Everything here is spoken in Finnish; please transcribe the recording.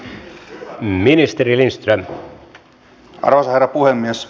arvoisa herra puhemies